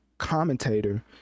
commentator